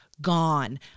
Gone